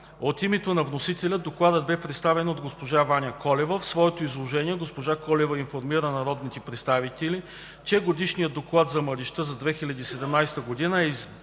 От името на вносителя Докладът беше представен от госпожа Ваня Колева. В своето изложение госпожа Колева информира народните представители, че Годишният доклад за младежта 2017 г. е изготвен